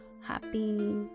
happy